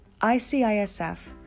ICISF